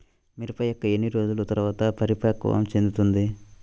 మిరప మొక్క ఎన్ని రోజుల తర్వాత పరిపక్వం చెందుతుంది?